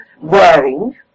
wearing